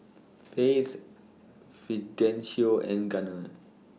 Faith Fidencio and Gunner